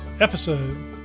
episode